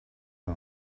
who